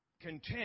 content